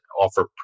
offer